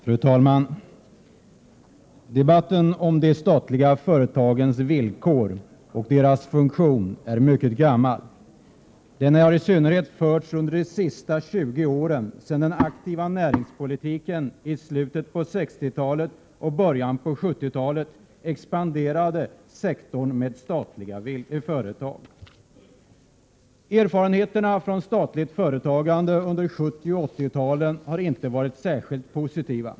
Fru talman! Debatten om de statliga företagens villkor och deras funktion är mycket gammal. Den har i synnerhet förts under de senaste 20 åren, sedan den aktiva näringspolitiken i slutet på 60-talet och början på 70-talet medfört att sektorn med statliga företag expanderat. Erfarenheterna från statligt företagande under 70 och 80-talen har inte varit särskilt positiva.